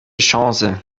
chance